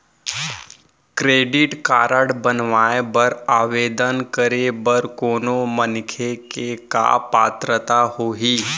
Credit card बनवाए बर आवेदन करे बर कोनो मनखे के का पात्रता होही?